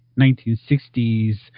1960s